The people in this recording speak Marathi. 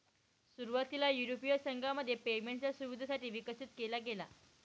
सुरुवातीला युरोपीय संघामध्ये पेमेंटच्या सुविधेसाठी विकसित केला गेला